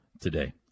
today